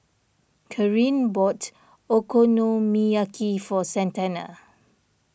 Kareen bought Okonomiyaki for Santana